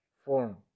form